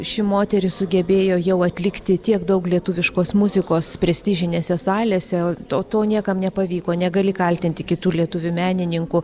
ši moteris sugebėjo jau atlikti tiek daug lietuviškos muzikos prestižinėse salėse o to niekam nepavyko negali kaltinti kitų lietuvių menininkų